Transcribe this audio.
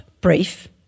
brief